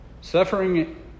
Suffering